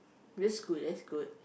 that's good that's good